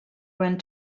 went